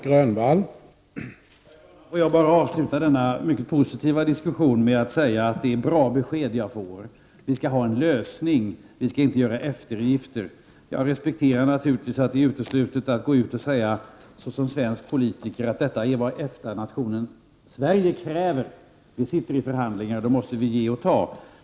Herr talman! Får jag bara avsluta denna mycket positiva diskussion med att säga att jag har fått bra besked. Vi skall finna en lösning, och vi skall inte göra eftergifter. Jag respekterar naturligtvis att det är uteslutet att som svensk politiker gå ut och säga att detta är vad EFTA-nationen Sverige kräver och att vi sitter i förhandlingar och att det måste man ge och ta.